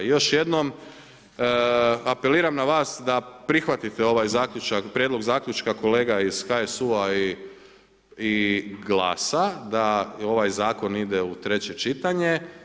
Još jednom apeliram na vas da prihvatite ovaj zaključak, prijedlog zaključka kolega iz HSU-a i Glasa da ovaj Zakon ide u treće čitanje.